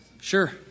Sure